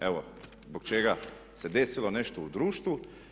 Evo zbog čega se desilo nešto u društvu.